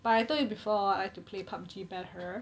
but I told you before I had to play pub G better